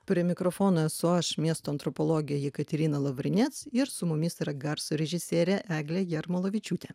prie mikrofono esu aš miesto antropologė jekaterina lavrinec ir su mumis ir garso režisierė eglė jarmolavičiūtė